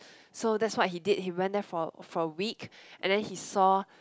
so that's what he did he went there for a for a week and then he saw